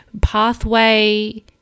pathway